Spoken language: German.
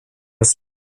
das